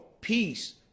peace